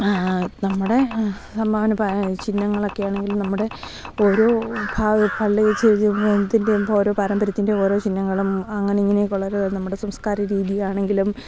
നമ്മുടെ സംഭാവന ഇപ്പം ചിഹ്നങ്ങളൊക്കെ ആണെങ്കിലും നമ്മുടെ ഓരോ ഓരോ പാരമ്പര്യത്തിൻ്റെ ഓരോ ചിഹ്നങ്ങളും അങ്ങനെ ഇങ്ങനെയൊക്ക വളരെ നമ്മുടെ സംസ്കാര രീതിയാണെങ്കിലും